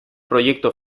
proyecto